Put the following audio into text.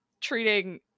treating